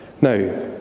Now